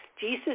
Jesus